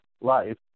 life